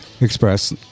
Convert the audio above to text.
Express